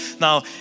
Now